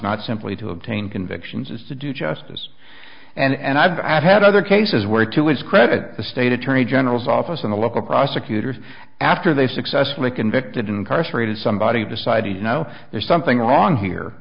not simply to obtain convictions it's to do justice and i've had other cases where to his credit the state attorney general's office in the local prosecutors after they successfully convicted incarcerated somebody decided no there's something wrong here